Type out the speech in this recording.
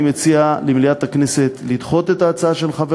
אני מציע למליאת הכנסת לדחות את ההצעה של חבר